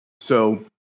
So-